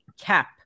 cap